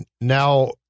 Now